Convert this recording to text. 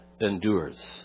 endures